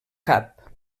cap